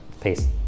Peace